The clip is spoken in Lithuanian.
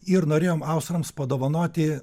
ir norėjom austrams padovanoti